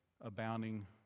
abounding